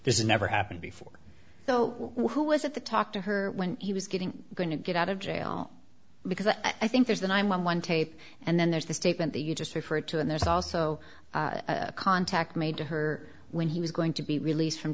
this is never happened before so who was it the talk to her when he was getting going to get out of jail because i think there's the nine hundred and eleven tape and then there's the statement that you just referred to and there's also a contact made to her when he was going to be released from